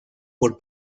por